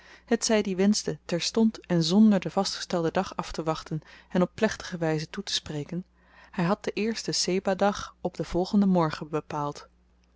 besparen hetzyd i wenschte terstond en zonder den vastgestelden dag aftewachten hen op plechtige wyze toetespreken hy had den eersten sebah dag op den volgenden morgen bepaald